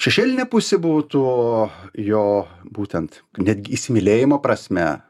šešėlinė pusė būtų jo būtent netgi įsimylėjimo prasme